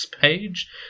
page